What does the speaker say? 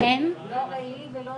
ואני